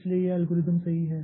इसलिए यह एल्गोरिथ्म सही है